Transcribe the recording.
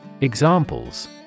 Examples